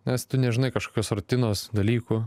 nes tu nežinai kažkokios rutinos dalykų